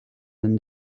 than